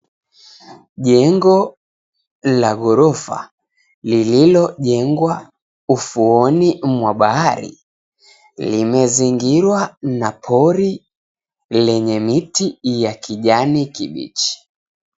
Jengo la ghorofa lililojengwa ufuoni mwa bahari. Limezingirwa na pori lenye miti ya kijani kibichi.